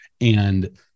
And-